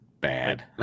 bad